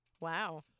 wow